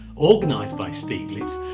organised by stieglitz,